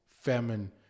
famine